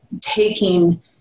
taking